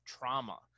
trauma